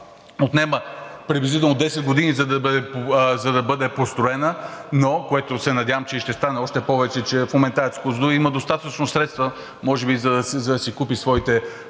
отнема приблизително 10 години, за да бъде построена, но, което се надявам, че и ще стане. Още повече че в момента АЕЦ „Козлодуй“ има достатъчно средства може би, за да си купи своите